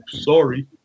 sorry